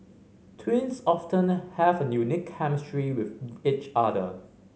twins often have a unique chemistry with each other